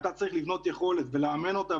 אתה צריך לבנות יכולת ולאמן עליה,